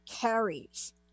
carries